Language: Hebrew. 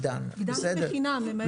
עידן זה בחינם.